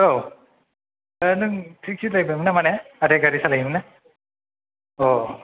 औ ए नों थेक्सि दाइभारमोन नामा ने आदाया गारि सालायोमोन ना औ